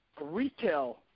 retail